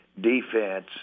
defense